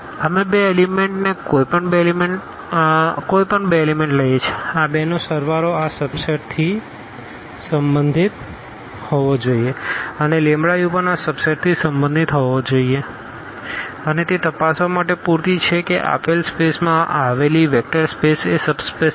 અમે બે એલીમેન્ટને કોઈપણ બે એલીમેન્ટ લઈએ છીએ આ બેનો સરવાળો આ સબસેટથી સંબંધિત હોવો જોઈએ અને u પણ આ સબસેટથી સંબંધિત હોવો જોઈએ અને તે તપાસવા માટે પૂરતી છે કે આપેલ સ્પેસમાં આવેલી વેક્ટર સ્પેસ એ સબ સ્પેસ છે